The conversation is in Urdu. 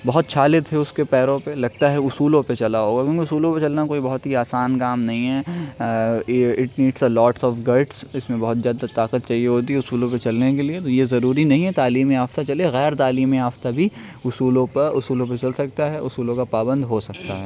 بہت چھالے تھے اس کے پیروں پہ لگتا ہے اصولوں پہ چلا ہو گا کیوں کہ اصولوں پہ چلنا کوئی بہت ہی آسان کام نہیں ہے یہ اس میں بہت زیادہ طاقت چاہیے ہوتی ہے اصولوں پے چلنے کے لیے تو یہ ضروری نہیں ہے کہ تعلیم یافتہ چلے غیر تعلیمی یافتہ بھی اصولوں پر اصولوں پر چل سکتا ہے اصولوں کا پابند ہو سکتا ہے